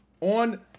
on